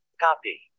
Copy